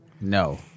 No